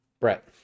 Brett